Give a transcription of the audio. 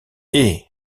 est